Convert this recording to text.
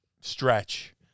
stretch